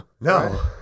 no